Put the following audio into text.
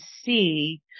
see